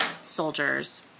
soldiers